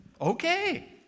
Okay